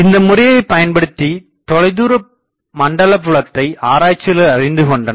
இந்த முறையைப் பயன்படுத்தித் தொலைதூரமண்டல புலத்தை ஆராச்சியாளர்கள் அறிந்துகொண்டனர்